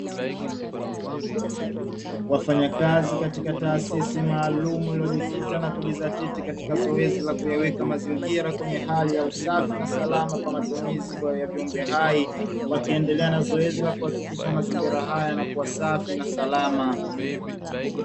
Wafanyakazi katika taasisi malaamu iliyojikita na kujizatiti katika zoezi la kuyaweka mazingira katika hali ya usafi na salama kwa matumizi ya viumbe hai. Wakiendelea na zoezi la kuhakikisha mazingira haya yanakuwa safi na salama.